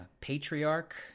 Patriarch